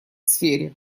сфере